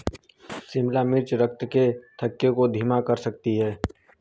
शिमला मिर्च रक्त के थक्के को धीमा कर सकती है